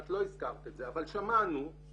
את לא הזכרת את זה אבל שמענו שמדובר